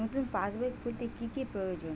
নতুন পাশবই খুলতে কি কি প্রয়োজন?